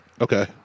Okay